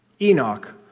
Enoch